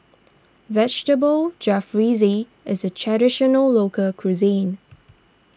Vegetable Jalfrezi is a Traditional Local Cuisine